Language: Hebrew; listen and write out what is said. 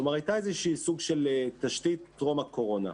כלומר הייתה איזושהי סוג של תשתית טרום הקורונה.